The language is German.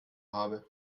habe